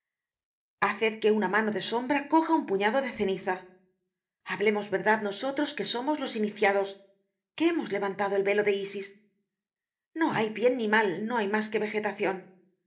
haced que una mano de sombra coja un puñado de ceniza hablemos verdad nosotros que somos los iniciados que hemos levantado el velo de isis no hay bien ni mal no hay mas que vegetacion